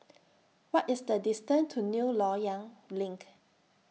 What IS The distance to New Loyang LINK